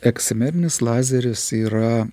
eksimerinis lazeris yra